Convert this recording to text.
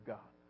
God